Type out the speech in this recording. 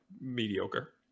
mediocre